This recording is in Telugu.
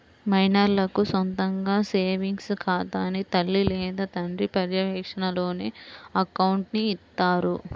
మైనర్లకు సొంతగా సేవింగ్స్ ఖాతాని తల్లి లేదా తండ్రి పర్యవేక్షణలోనే అకౌంట్ని ఇత్తారు